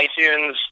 iTunes